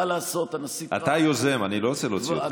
אתה היוזם, אני לא רוצה להוציא אותך החוצה.